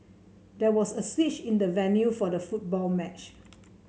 there was a switch in the venue for the football match